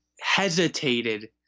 hesitated